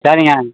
சரிங்க